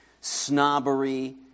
snobbery